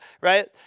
right